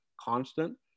constant